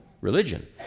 religion